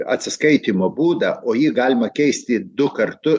atsiskaitymo būdą o jį galima keisti du kartu